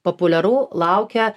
populiaru laukia